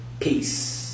Peace